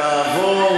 תעבור,